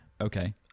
Okay